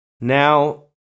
now